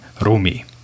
Rumi